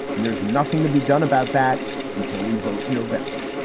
and there's nothing to be done about that until we vote november